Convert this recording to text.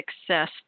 success